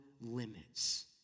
limits